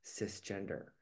cisgender